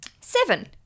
Seven